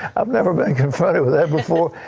i have never been confronted with that before.